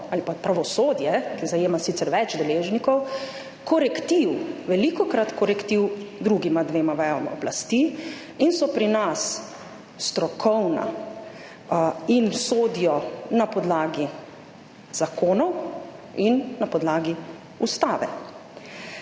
ali pa pravosodje, ki zajema sicer več deležnikov, korektiv, velikokrat korektiv drugima dvema vejama oblasti, in so pri nas strokovna in sodijo na podlagi zakonov in na podlagi ustave.